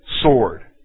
sword